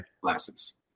glasses